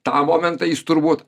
tą momentą jis turbūt